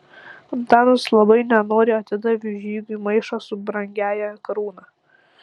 antanas labai nenoriai atidavė žygiui maišą su brangiąja karūna